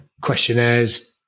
questionnaires